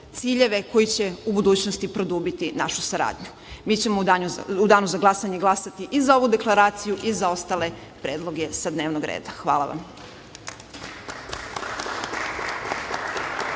ciljeve koji će u budućnosti produbiti našu saradnju. Mi ćemo u danu za glasanje glasati i za ovu deklaraciju i za ostale predloge sa dnevnog reda. Hvala vam.